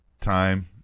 time